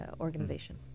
organization